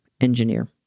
engineer